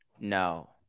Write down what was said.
no